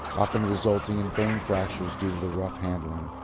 often resulting in bone fractures due to rough handling.